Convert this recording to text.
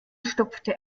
stopfte